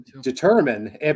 determine